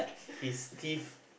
his teeth